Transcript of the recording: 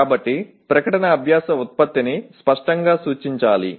కాబట్టి ప్రకటన అభ్యాస ఉత్పత్తిని స్పష్టంగా సూచించాలి